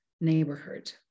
neighborhood